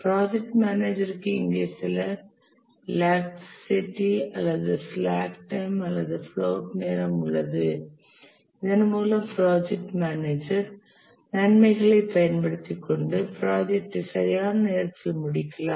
project manager க்கு இங்கே சில லாக்சிட்டி அல்லது ஸ்லாக் டைம் அல்லது பிளோட் நேரம் உள்ளது இதன் மூலம் ப்ராஜெக்ட் மேனேஜர் நன்மைகளைப் பயன்படுத்திக் கொண்டு ப்ராஜெக்டை சரியான நேரத்தில்முடிக்கலாம்